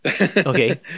Okay